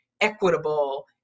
equitable